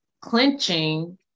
clenching